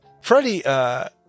Freddie